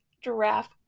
Giraffe